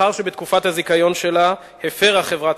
מאחר שבתקופת הזיכיון שלה הפירה חברת